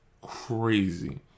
crazy